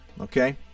okay